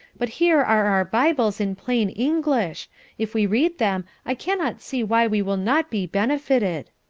but here are our bibles in plain english if we read them i cannot see why we will not be benefited.